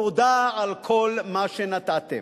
תודה על כל מה שנתתם.